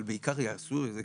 אבל בעיקר יעשו את זה,